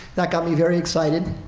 that got me very excited.